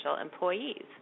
employees